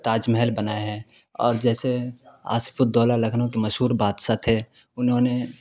تاج محل بنائے ہیں اور جیسے آصف الدولہ لکھنؤ کے مشہور بادشاہ تھے انہوں نے